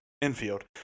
infield